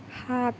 সাত